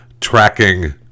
tracking